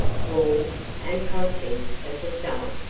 walls, and contents of the cellar.